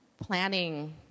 planning